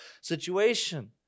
situation